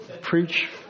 preach